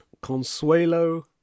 Consuelo